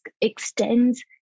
extends